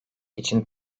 için